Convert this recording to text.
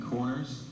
Corners